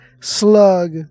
Slug